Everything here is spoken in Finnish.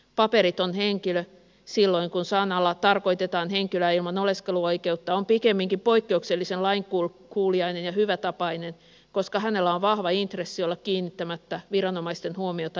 paperiton henkilö silloin kun sanalla tarkoitetaan henkilöä ilman oleskeluoikeutta on pikemminkin poik keuksellisen lainkuuliainen ja hyvätapainen koska hänellä on vahva intressi olla kiinnittämättä viranomaisten huomiota itseensä